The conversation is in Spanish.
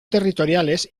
territoriales